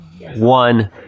one